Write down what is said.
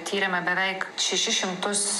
tyrėme beveik šešis šimtus